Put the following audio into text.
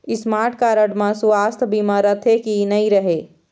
Smart card म सुवास्थ बीमा रथे की नई रहे?